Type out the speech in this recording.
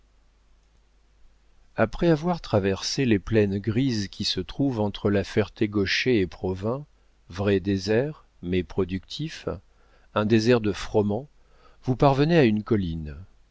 après avoir traversé les plaines grises qui se trouvent entre la ferté gaucher et provins vrai désert mais productif un désert de froment vous parvenez à une colline